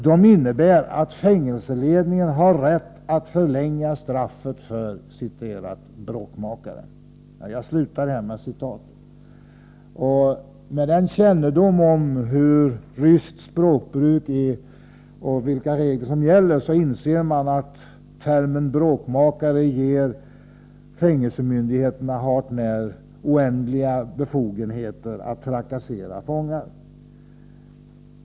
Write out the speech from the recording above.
De innebär att fängelseledningen har rätt att förlänga straffet för ”bråkmakare”.” Med kännedom om ryskt språkbruk och vilka regler som gäller, så inser man att termen bråkmakare ger fängelsemyndigheterna hart när oändliga befogenheter att trakassera fångar.